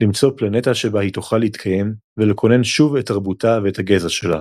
- למצוא פלנטה שבה היא תוכל להתקיים ולכונן שוב את תרבותה ואת הגזע שלה.